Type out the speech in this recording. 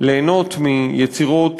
ליהנות מיצירות